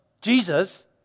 Jesus